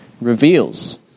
reveals